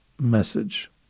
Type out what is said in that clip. message